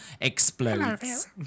explodes